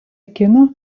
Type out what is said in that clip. kinų